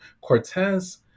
Cortez